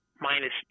minus